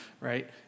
right